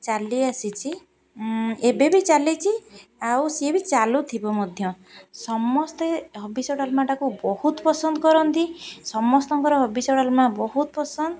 ଚାଲି ଆସିଛି ଏବେ ବି ଚାଲିଛି ଆଉ ସିଏ ବି ଚାଲୁଥିବ ମଧ୍ୟ ସମସ୍ତେ ହବିଷ ଡଲମାଟାକୁ ବହୁତ ପସନ୍ଦ କରନ୍ତି ସମସ୍ତଙ୍କର ହବିଷ ଡାଲମା ବହୁତ ପସନ୍ଦ